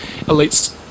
elites